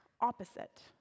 opposite